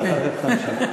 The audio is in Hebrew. ואחר כך תמשיך.